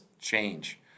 change